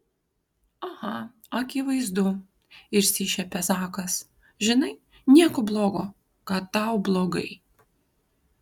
aha akivaizdu išsišiepia zakas žinai nieko blogo kad tau blogai